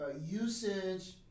usage